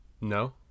no